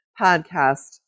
podcast